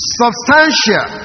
substantial